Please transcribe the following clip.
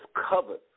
covered